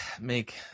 make